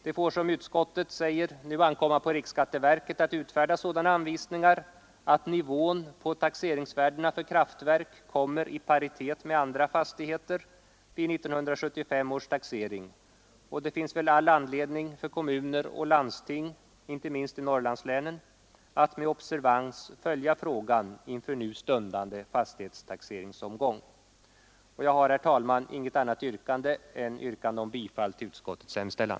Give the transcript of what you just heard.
Det får, som utskottet säger, nu ankomma på riksskatteverket att utfärda sådana anvisningar att nivån på taxeringsvärdena för kraftverk kommer i paritet med andra fastigheter vid 1975 års taxering. Det finns väl all anledning för kommuner och landsting, inte minst i Norrlandslänen, att med observans följa frågan inför nu stundande fastighetstaxeringsomgång. Jag har, herr talman, inget annat yrkande än yrkande om bifall till utskottets hemställan.